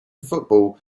football